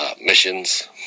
missions